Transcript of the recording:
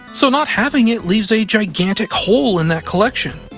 so not having it leaves a gigantic hole in that collection.